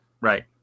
Right